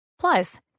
Plus